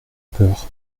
peur